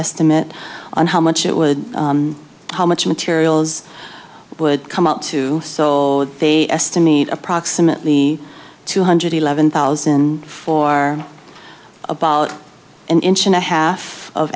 estimate on how much it would how much materials would come up to so they estimate approximately two hundred eleven thousand for about an inch and a half of